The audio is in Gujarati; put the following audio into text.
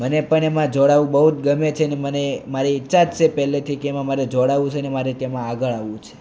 મને પણ એમાં જોડાવવું બહુ જ ગમે છે અને મને મારી ઈચ્છા જ છે પહેલેથી કે એમાં જોડાવવું જ છે મારે તેમાં આગળ આવવું છે